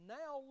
now